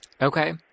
Okay